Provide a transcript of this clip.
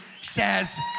says